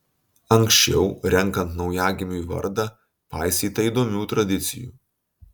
anksčiau renkant naujagimiui vardą paisyta įdomių tradicijų